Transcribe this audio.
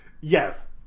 Yes